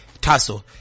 Tasso